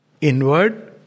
inward